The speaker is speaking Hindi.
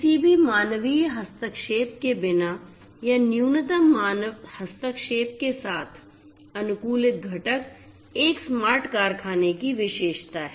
किसी भी मानवीय हस्तक्षेप के बिना या न्यूनतम मानव हस्तक्षेप के साथ अनुकूलित घटक एक स्मार्ट कारखाने की विशेषता है